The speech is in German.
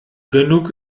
genug